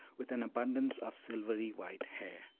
with an abundance of silvery-white hair.